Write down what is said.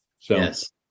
Yes